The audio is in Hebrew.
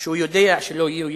שהוא יודע שלא יהיו ילדים.